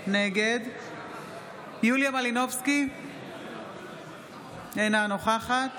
נגד יוליה מלינובסקי, אינה נוכחת